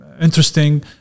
interesting